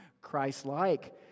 Christ-like